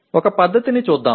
ஒரு முறையைப் பார்ப்போம்